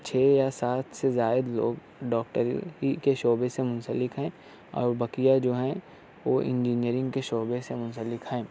چھ یا سات سے زائد لوگ ڈاکٹر ہی کے شعبے سے منسلک ہیں اور بقیہ جو ہیں وہ انجینیئرنگ کے شعبے سے منسلک ہیں